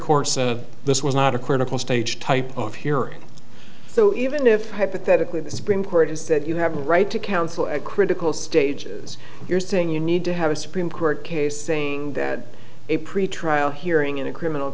courts this was not a critical stage type of hearing so even if hypothetically the supreme court is that you have a right to counsel at critical stages you're saying you need to have a supreme court case saying a pretrial hearing in a criminal